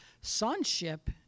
sonship